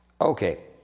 Okay